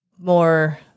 more